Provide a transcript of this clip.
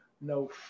no